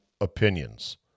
opinions